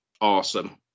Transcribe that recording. awesome